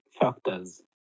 factors